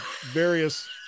various